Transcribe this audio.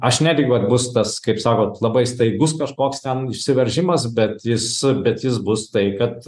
aš netikiu kad bus tas kaip sakot labai staigus kažkoks ten išsiveržimas bet jis bet jis bus tai kad